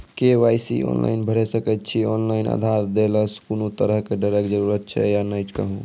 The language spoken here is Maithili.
के.वाई.सी ऑनलाइन भैरि सकैत छी, ऑनलाइन आधार देलासॅ कुनू तरहक डरैक जरूरत छै या नै कहू?